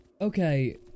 Okay